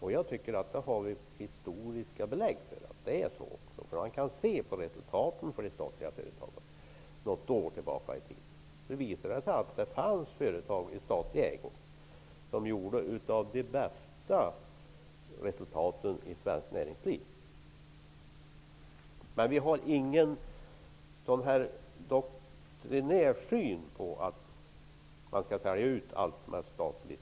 Det har vi historiska belägg för, tycker jag. Man kan se på resultaten från de statliga företagen något år tillbaka i tiden. Det visar sig att det fanns företag i statlig ägo som hade de bästa resultaten i svenskt näringsliv. Men vi har inte någon doktrinär syn som innebär att man skall sälja ut allt statligt.